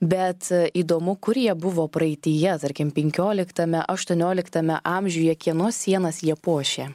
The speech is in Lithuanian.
bet įdomu kur jie buvo praeityje tarkim penkioliktame aštuonioliktame amžiuje kieno sienas jie puošė